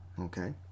okay